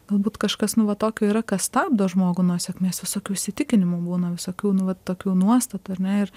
galbūt kažkas nu vat tokio yra kas stabdo žmogų nuo sėkmės visokių įsitikinimų būna visokių nu vat tokių nuostatų ar ne ir